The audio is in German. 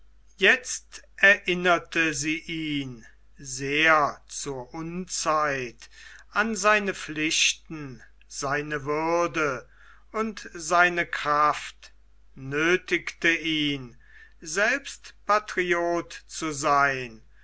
jetzt erinnerte sie ihn sehr zur unzeit an seine pflichten seine würde und seine kraft nöthigte ihn selbst patriot zu sein